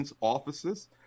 Offices